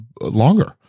longer